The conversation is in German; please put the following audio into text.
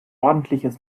ordentliches